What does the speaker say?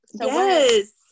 Yes